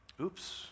Oops